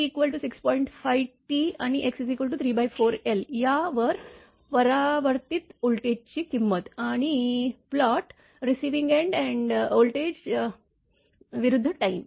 5T आणि x 34l या वर परावर्तीत व्होल्टेजची किंमत आणि प्लॉट रिसिव्हिंग एंड व्होल्टेज विरुद्ध टाइम